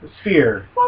Sphere